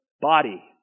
body